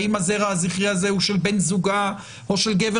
האם הזרע הזכרי הזה הוא של בן זוגה או של גבר